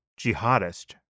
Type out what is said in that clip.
jihadist